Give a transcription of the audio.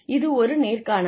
இது ஒரு நேர்காணல்